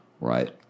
right